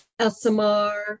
SMR